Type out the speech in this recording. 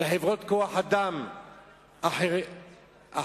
לחברות כוח-אדם אחרות,